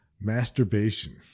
masturbation